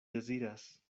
deziras